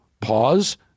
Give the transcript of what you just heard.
pause